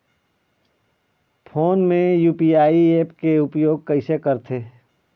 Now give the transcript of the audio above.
Phone मे UPI app के उपयोग कइसे करथे?